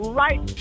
right